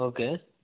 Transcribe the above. okay